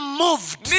moved